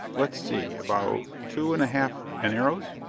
let's see about two and a half enaros.